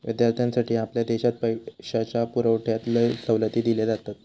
विद्यार्थ्यांसाठी आपल्या देशात पैशाच्या पुरवठ्यात लय सवलती दिले जातत